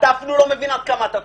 אתה אפילו לא מבין עד כמה אתה צודק.